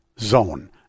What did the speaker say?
zone